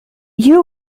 you